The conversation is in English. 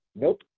Nope